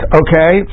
okay